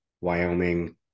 Wyoming